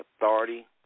authority